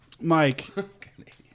Mike